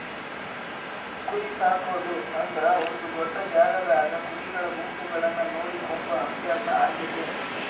ಕುರಿಸಾಕೊದು ಅಂದ್ರ ಒಂದು ದೊಡ್ಡ ಜಾಗದಾಗ ಕುರಿಗಳ ಗುಂಪುಗಳನ್ನ ನೋಡಿಕೊಂಬ ಅಭ್ಯಾಸ ಆಗೆತೆ